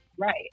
Right